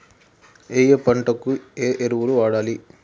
ఏయే పంటకు ఏ ఎరువులు వాడాలి?